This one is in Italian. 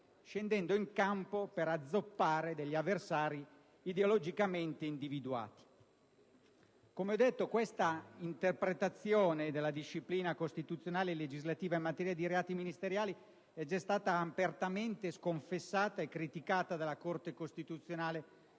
scendendo in campo per azzoppare degli avversari ideologicamente individuati. Come ho detto, questa interpretazione della disciplina costituzionale e legislativa in materia di reati ministeriali è già stata apertamente sconfessata e criticata dalla Corte costituzionale